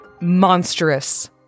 monstrous